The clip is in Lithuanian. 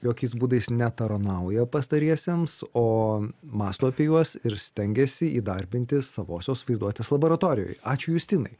jokiais būdais netarnauja pastariesiems o mąsto apie juos ir stengiasi įdarbinti savosios vaizduotės laboratorijoj ačiū justinai